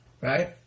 right